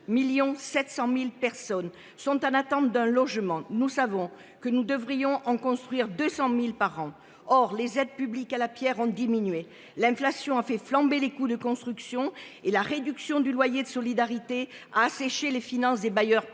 2,7 millions de personnes sont en attente d’un logement, nous savons que nous devrions en construire 200 000 par an. Or les aides publiques à la pierre ont diminué, l’inflation a fait flamber les coûts de la construction et la réduction de loyer de solidarité a asséché les finances des bailleurs publics.